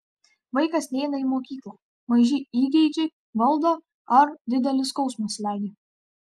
vaikas neina į mokyklą maži įgeidžiai valdo ar didelis skausmas slegia